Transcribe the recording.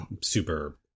super